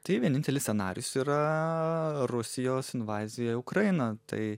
tai vienintelis scenarijus yra rusijos invazija į ukrainą tai